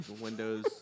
windows